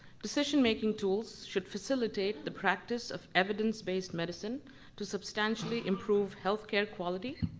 decision making tools should facilitate the practice of evidence-based medicine to substantially improve healthcare quality.